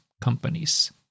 companies